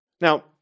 Now